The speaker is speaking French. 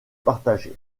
partagée